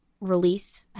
release